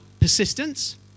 persistence